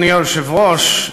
אדוני היושב-ראש,